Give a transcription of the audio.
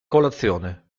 colazione